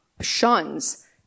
shuns